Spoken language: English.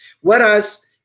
Whereas